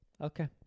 Okay